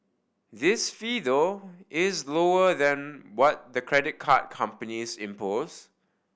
this fee though is lower than what the credit card companies impose